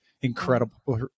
incredible